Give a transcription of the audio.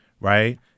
right